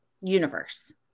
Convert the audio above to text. universe